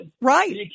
Right